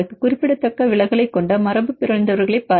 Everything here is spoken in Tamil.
குறிப்பிடத்தக்க விலகலைக் கொண்ட மரபுபிறழ்ந்தவர்களைப் பாருங்கள்